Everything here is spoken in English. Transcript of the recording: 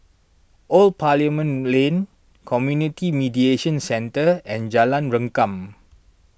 Old Parliament Lane Community Mediation Centre and Jalan Rengkam